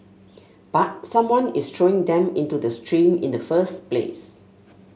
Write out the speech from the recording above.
but someone is throwing them into the stream in the first place